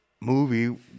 movie